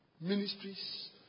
Ministries